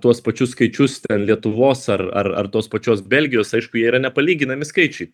tuos pačius skaičius lietuvos ar ar ar tos pačios belgijos aišku jie yra nepalyginami skaičiai